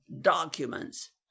documents